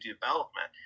development